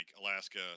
Alaska